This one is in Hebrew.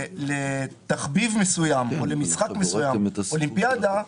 לתחביב מסוים או למשחק מסוים אולימפיאדה,